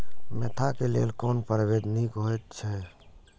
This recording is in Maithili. मेंथा क लेल कोन परभेद निक होयत अछि?